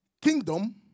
Kingdom